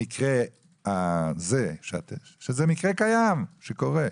המקרה הזה שהוא קיים שקורה,